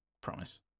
promise